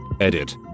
edit